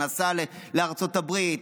נסע לארצות הברית,